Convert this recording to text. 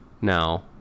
now